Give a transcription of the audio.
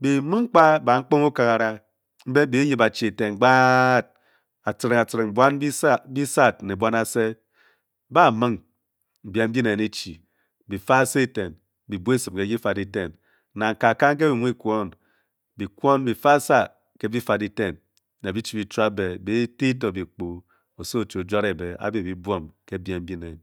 Beh ming kpǎ bamk ponge ekagara mbe bee-yib a chii éten gbaad, atciring, atciring buan bisad ne buan. Ase baa ming biem mbi nen e-chü, bi fe asa étèn, bi bua esim ké-bifàd étèn Nang kaka ge bi muu, bi kwon bi kwon, bi fe asa ke bifad eten, ne bi chi bichuab. Be, bi- te to kikpo oso o-chi o-juare be a be bi buom ke biem mbi nen.